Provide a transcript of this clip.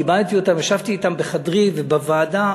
כיבדתי אותם וישבתי אתם בחדרי ובוועדה,